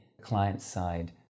client-side